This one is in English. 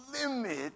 limit